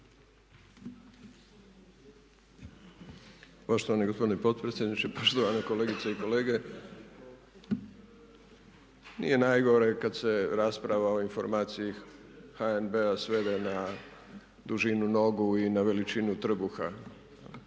Poštovani gospodine potpredsjedniče, poštovane kolegice i kolege. Nije najgore kad se rasprava o informaciji HNB-a svede na dužinu nogu i na veličinu trbuha koje